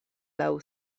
laŭ